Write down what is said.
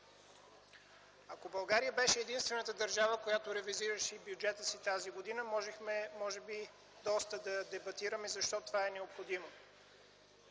Ако България беше единствената държава, която ревизираше бюджета си през тази година, можеше доста да дебатираме защо това е необходимо.